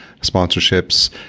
sponsorships